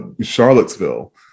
Charlottesville